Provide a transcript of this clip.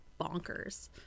bonkers